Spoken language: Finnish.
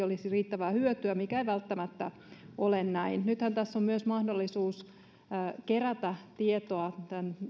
olisi riittävää hyötyä mikä ei välttämättä ole näin nythän tässä on myös mahdollisuus kerätä tietoa